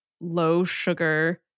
low-sugar